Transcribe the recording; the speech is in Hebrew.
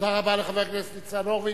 תודה רבה לחבר הכנסת ניצן הורוביץ.